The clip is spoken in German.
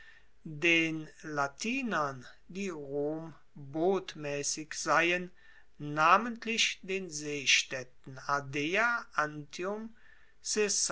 den latinern die rom botmaessig seien namentlich den seestaedten ardea antium